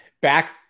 Back